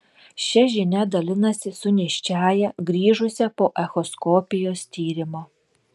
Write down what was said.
šia žinia dalinasi su nėščiąja grįžusia po echoskopijos tyrimo